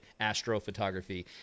astrophotography